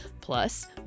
Plus